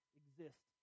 exist